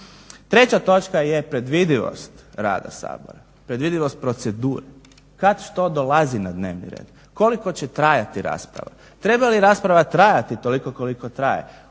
Treća točka je predvidivost rada Sabora, predvidivost procedura. Kad što dolazi na dnevni red? Koliko će trajati rasprava? Treba li rasprava trajati toliko koliko traje?